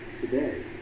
today